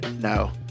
no